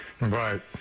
Right